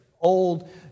old